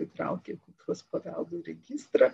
įtraukė kultūros paveldo registrą